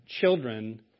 children